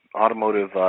automotive